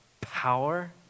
power